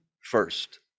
first